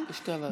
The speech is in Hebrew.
בשתי הוועדות.